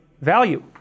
value